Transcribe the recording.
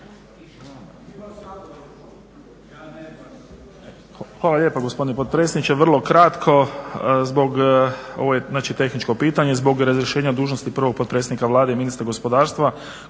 Hvala lijepa gospodine potpredsjedniče, vrlo kratko. Zbog, ovo je znači tehničko pitanje. Zbog razrješenja dužnosti prvog potpredsjednika Vlade i ministra gospodarstva